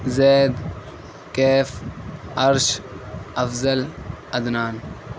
Zaid Kaif Arsh Afzal Adnan